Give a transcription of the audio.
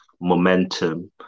momentum